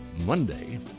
Monday